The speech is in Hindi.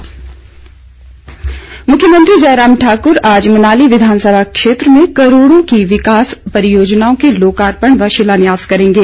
मुख्यमंत्री मुख्यमंत्री जय राम ठाकुर आज मनाली विधानसभा क्षेत्र में करोड़ों की विकास परियोजनाओं के लोकार्पण व शिलान्यास करेंगे